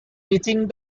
reaching